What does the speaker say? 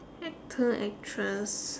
actor actress